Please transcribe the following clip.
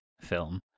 film